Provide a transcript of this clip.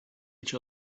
each